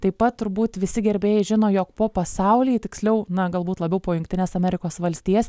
taip pat turbūt visi gerbėjai žino jog po pasaulį tiksliau na galbūt labiau po jungtines amerikos valstijas